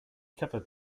covered